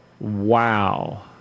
Wow